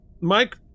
Mike